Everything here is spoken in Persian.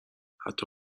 حتی